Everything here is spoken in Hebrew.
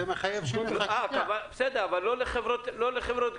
זה מחייב --- בסדר, אבל לא לחברות גבייה.